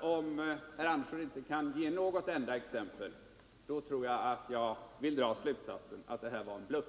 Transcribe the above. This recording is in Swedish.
Om herr Andersson inte kan ge ett enda exempel tror jag att jag vill dra slutsatsen att det här var en bluff.